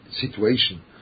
situation